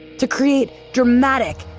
to create dramatic,